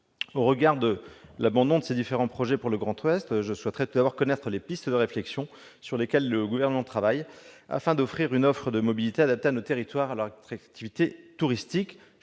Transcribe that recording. Au regard de l'abandon de ces différents projets pour le Grand Ouest, je souhaiterais tout d'abord connaître les pistes de réflexion sur lesquelles le Gouvernement travaille, afin de proposer une offre de mobilité adaptée à nos territoires et à leur attractivité touristique.